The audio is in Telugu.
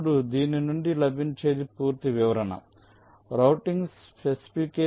ఇప్పుడు దీని నుండి లభించేది పూర్తి వివరణ రౌటింగ్ స్పెసిఫికేషన్ ఛానెల్ సి 1